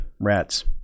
rats